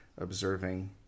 observing